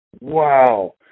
Wow